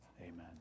Amen